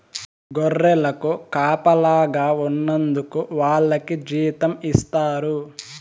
గొర్రెలకు కాపలాగా ఉన్నందుకు వాళ్లకి జీతం ఇస్తారు